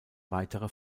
weitere